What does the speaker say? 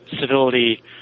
civility